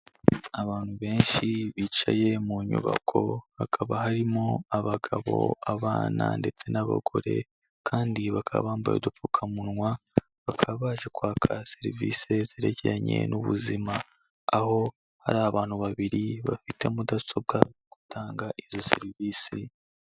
Abantu benshi bicaye mu nyubako, hakaba harimo abagabo, abana, ndetse n'abagore, kandi bakaba bambaye udupfukamunwa, bakaba baje kwaka serivisi zerekeranye n'ubuzima, aho hari abantu babiri bafite mudasobwa bari gutanga izo serivisi.